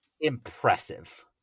Impressive